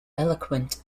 eloquent